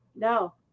No